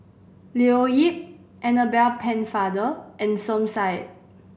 Leo Yip Annabel Pennefather and Som Said